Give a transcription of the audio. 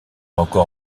encore